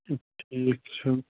ٹھیٖک چھُ